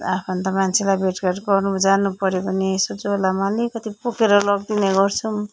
आफन्त मान्छेकोलाई भेटघाट गर्नु जानुपऱ्यो भने यसो झोलामा अलिकति बोकेर लगिदिने गर्छौँ